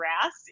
grass